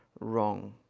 wrong